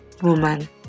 woman